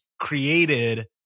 created